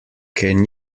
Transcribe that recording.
can